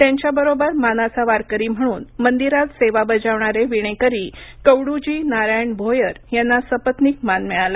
त्यांच्या बरोबर मानाचा वारकरी म्हणून मंदिरात सेवा बजावणारे विणेकरी कवडुजी नारायण भोयर यांना सपत्नीक मान मिळाला